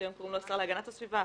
שהיום קוראים לו "השר להגנת הסביבה".